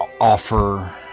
offer